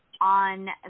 on